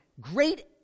Great